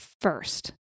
first